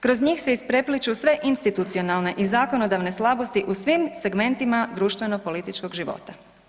Kroz njih se isprepliću sve institucionalne i zakonodavne slabosti u svim segmentima društvenopolitičkog života.